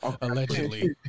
allegedly